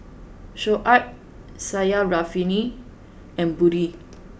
Shoaib Syarafina and Budi